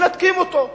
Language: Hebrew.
מנתקים אותו.